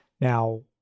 Now